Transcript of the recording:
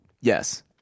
Yes